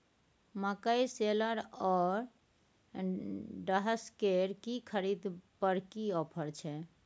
मकई शेलर व डहसकेर की खरीद पर की ऑफर छै?